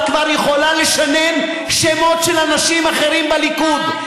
את כבר יכולה לשנן שמות של אנשים אחרים בליכוד.